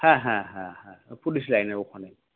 হ্যাঁ হ্যাঁ হ্যাঁ হ্যাঁ পুলিশ লাইনের ওখানেই